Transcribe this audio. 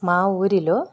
మా ఊరిలో